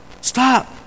Stop